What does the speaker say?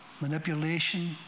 manipulation